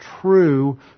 true